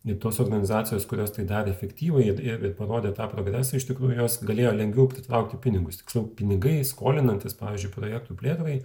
i tos organizacijos kurios tai darė fiktyvųjį ir ir parodė tą progresą iš tikrųjų jos galėjo lengviau pritraukti pinigus tiksliau pinigai skolinantis pavyzdžiui projektų plėtrai